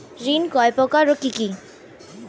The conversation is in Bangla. ঋণ কয় প্রকার ও কি কি?